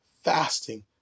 fasting